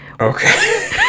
Okay